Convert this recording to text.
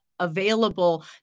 Available